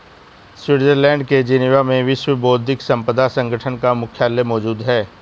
Switzerland के Geneva में विश्व बौद्धिक संपदा संगठन का मुख्यालय मौजूद है